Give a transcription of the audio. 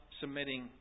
submitting